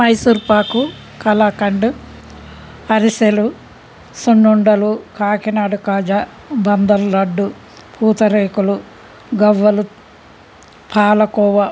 మైసూర్పాకు కళాఖండ్ అరిసెలు సున్నుండలు కాకినాడ కాజ బందర్ లడ్డు పూతరేకులు గవ్వలు పాలకోవ